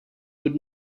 would